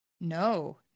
no